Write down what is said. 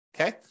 okay